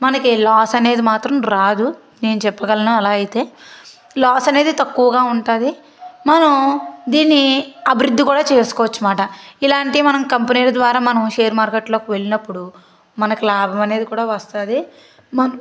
మనకి లాస్ అనేది మాత్రం రాదు నేను చెప్పగలను అలా అయితే లాస్ అనేది తక్కువగా ఉంటుంది మనం దీన్ని అభివృద్ధి కూడా చేసుకోవచ్చమాట ఇలాంటి మనం కంపెనీల ద్వారా మనం షేర్ మార్కెట్లోకి వెళ్ళినప్పుడు మనకి లాభం అనేది కూడా వస్తుంది మ